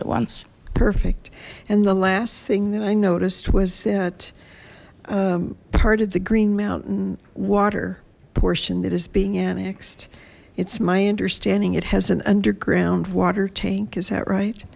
at once perfect and the last thing that i noticed was that part of the green mountain water portion that is being annexed it's my understanding it has an underground water tank is that right